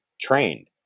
trained